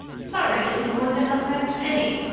sorry isn't going to help matters any.